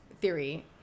theory